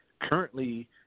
currently